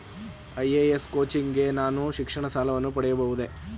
IAS coaching ಗೆ ನಾನು ಶಿಕ್ಷಣ ಸಾಲವನ್ನು ಪಡೆಯಬಹುದೇ?